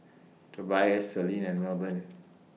Tobias Selene and Milburn